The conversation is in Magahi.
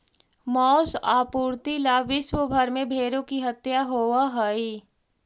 माँस आपूर्ति ला विश्व भर में भेंड़ों की हत्या होवअ हई